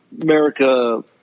America